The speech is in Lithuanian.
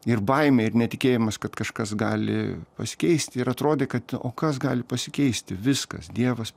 ir baimė ir netikėjimas kad kažkas gali pasikeisti ir atrodė kad o kas gali pasikeisti viskas dievas